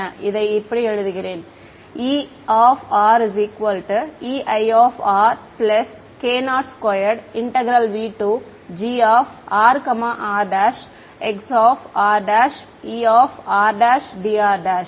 நான் இதை இப்படி எழுதுகிறேன் EEi K02V2grrχ r E rdr